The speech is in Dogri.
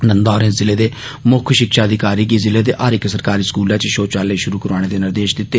नंदा होरें ज़िले दे मुक्ख शिक्षा अधिकारी गी ज़िले दे हर इक सरकारी स्कूलें च शौचालय शुरू करोआने दे निर्देश दित्ते